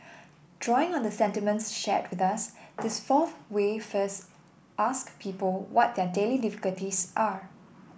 drawing on the sentiments shared with us this fourth way first ask people what their daily difficulties are